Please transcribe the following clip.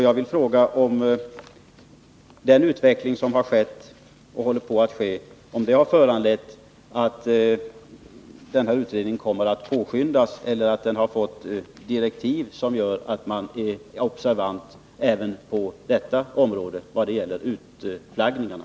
Jag vill fråga om den utveckling som redan har skett och håller på att ske har föranlett att utredningen kommer att påskyndas eller om den har fått direktiv som gör att man i utredningen är observant även vad gäller utflaggningarna.